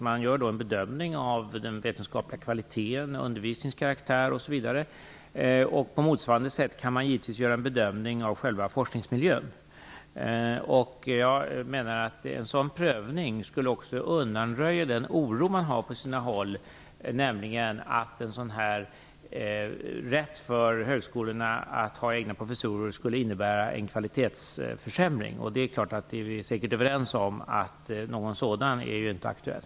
Kanslern gör en bedömning av den vetenskapliga kvaliteten och av undervisningens karaktär osv. På motsvarande sätt kan givetvis en bedömning av själva forskningsmiljön göras. Jag menar att en sådan prövning också skulle undanröja den oro som man på sina håll har för att en rätt för högskolorna att ha egna professorer skulle innebära en kvalitetsförsämring. Vi är säkert överens om att någon sådan inte är aktuell.